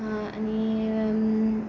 आनी